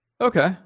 Okay